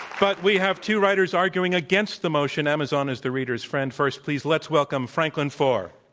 but we have two writers arguing against the motion amazon is the reader's friend. first please let's welcome franklin foer.